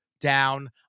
down